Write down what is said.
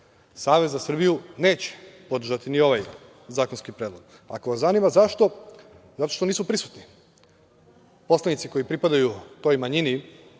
Savez za Srbiju neće podržati ni ovaj zakonski predlog. Ako vas zanima zašto, zato što nisu prisutni. Poslanici koji pripadaju toj manjini